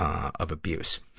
ah of abuse.